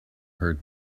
heard